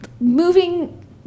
moving